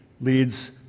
leads